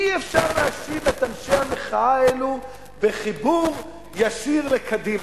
אי-אפשר להאשים את אנשי המחאה האלו בחיבור ישיר לקדימה.